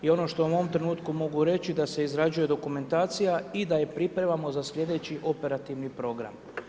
I ono što vam u ovom trenutku mogu reći je da se izrađuje dokumentacija i da je pripremamo za sljedeći operativni program.